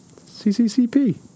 CCCP